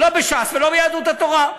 לא בש"ס ולא ביהדות התורה.